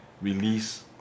release